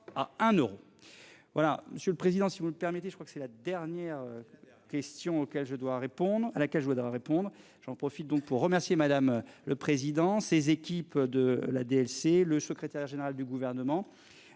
euro. Voilà monsieur le président, si vous le permettez, je crois que c'est la dernière. Question auquel je dois répondre à laquelle je voudrais répondre. J'en profite donc pour remercier Madame le président ses équipes de la DLC. Le secrétaire général du gouvernement,